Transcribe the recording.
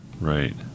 right